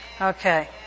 Okay